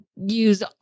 use